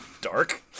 Dark